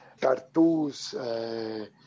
Tartus